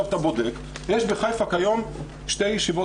אתה בודק יש בחיפה כיום שתי ישיבות